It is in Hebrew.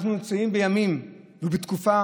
אנחנו נמצאים בימים ובתקופה